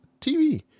TV